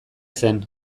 zen